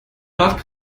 läuft